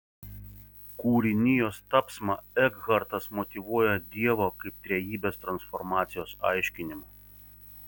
kūrinijos tapsmą ekhartas motyvuoja dievo kaip trejybės transformacijos aiškinimu